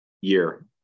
year